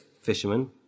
fishermen